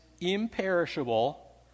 imperishable